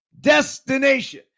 destination